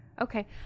Okay